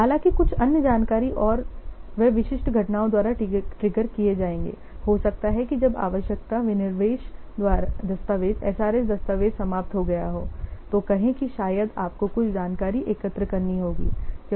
हालांकि कुछ अन्य जानकारी और वे विशिष्ट घटनाओं द्वारा ट्रिगर किए जाएंगे हो सकता है कि जब आवश्यकता विनिर्देशन दस्तावेज़ SRS दस्तावेज़ समाप्त हो गया हो तो कहें कि शायद आपको कुछ जानकारी एकत्र करनी होगी